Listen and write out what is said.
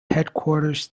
headquarters